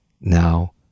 now